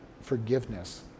forgiveness